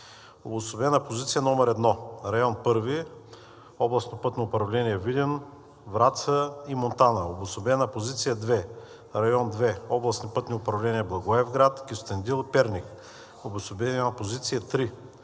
Обособена позиция № 1 – Район 1: областни пътни управления Видин, Враца и Монтана. Обособена позиция № 2 – Район 2: областни пътни управления Благоевград, Кюстендил и Перник. Обособена позиция №